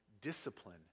discipline